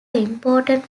important